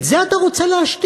את זה אתה רוצה להשתיק?